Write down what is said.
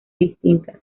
distintas